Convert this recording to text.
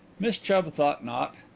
miss chubb thought not.